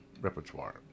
repertoire